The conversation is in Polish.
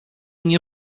nie